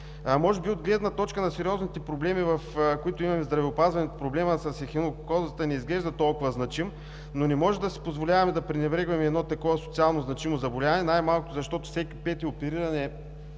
Може би от гледна точка на сериозните проблеми, които имаме в здравеопазването, проблемът с ехинококозата не изглежда толкова значим, но не можем да си позволяваме да пренебрегваме едно такова социално значимо заболяване, най-малкото защото всеки пети опериран